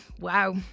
wow